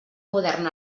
modern